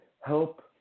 help